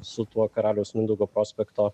su tuo karaliaus mindaugo prospekto